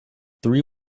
three